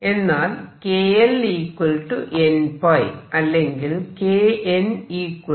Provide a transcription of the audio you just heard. എന്നാൽ kL n അല്ലെങ്കിൽ knnπL